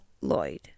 Lloyd